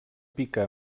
pica